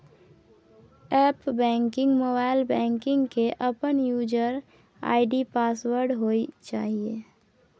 app banking, mobile banking के अपन user ID password होय चाहिए